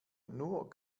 nur